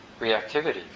reactivity